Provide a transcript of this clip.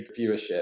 viewership